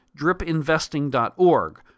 DripInvesting.org